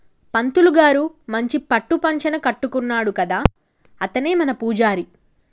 పంతులు గారు మంచి పట్టు పంచన కట్టుకున్నాడు కదా అతనే మన పూజారి